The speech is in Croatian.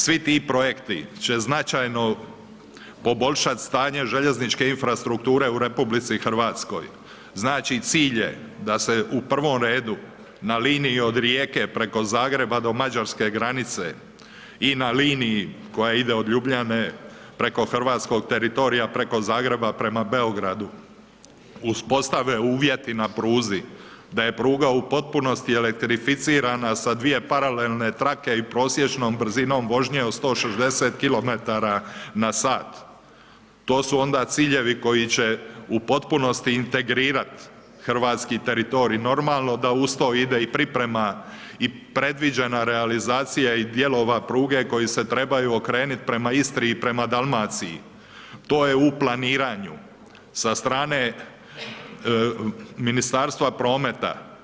Svi ti projekti će značajno poboljšat stanje željezničke infrastrukture u Republici Hrvatskoj, znači cilj je da se u prvom redu na liniji od Rijeke preko Zagreba do mađarske granice, i na liniji koja ide od Ljubljane preko hrvatskog teritorija preko Zagreba prema Beogradu uspostave uvjeti na pruzi, da je pruga u potpunosti elektrificirana sa dvije paralelne trake i prosječnom brzinom vožnje od 160 kilometara na sat, to su onda ciljevi koji će u potpunosti integrirat hrvatski teritorij, normalno da uz to ide i priprema i predviđena realizacija i dijelova pruge koji se trebaju okrenut prema Istri i prema Dalmaciji, to je u planiranju sa strane Ministarstva prometa.